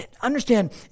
understand